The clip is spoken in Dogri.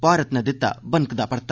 भारत नै दित्ता बनकदा परता